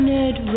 Nerd